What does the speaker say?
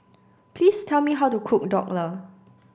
please tell me how to cook dhokla